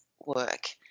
work